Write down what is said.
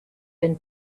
been